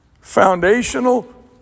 foundational